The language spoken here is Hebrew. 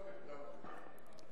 עכשיו הקדמתי אותך.